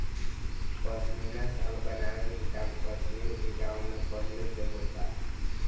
पश्मीना शाल बनावे के काम कश्मीर के गाँव में पहिले से होता